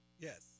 yes